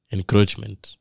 Encroachment